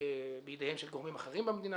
בידיהם של גורמים אחרים במדינה.